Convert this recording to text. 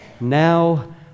Now